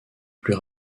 plus